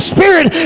Spirit